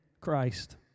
Christ